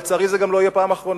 לצערי זה גם לא יהיה פעם אחרונה.